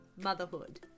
motherhood